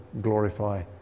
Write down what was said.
glorify